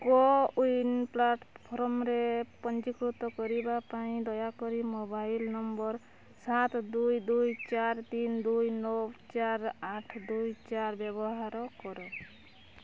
CoWIN ପ୍ଲାଟଫର୍ମ୍ରେ ପଞ୍ଜୀକୃତ କରିବା ପାଇଁ ଦୟାକରି ମୋବାଇଲ୍ ନମ୍ବର୍ ସାତ ଦୁଇ ଦୁଇ ଚାରି ତିନି ଦୁଇ ନଅ ଚାରି ଆଠ ଦୁଇ ଚାରି ବ୍ୟବହାର କର